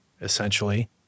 essentially